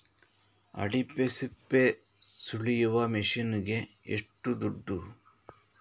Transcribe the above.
ಅಡಿಕೆ ಸಿಪ್ಪೆ ಸುಲಿಯುವ ಮಷೀನ್ ಗೆ ಏಷ್ಟು ದುಡ್ಡು?